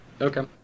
Okay